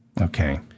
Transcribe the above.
Okay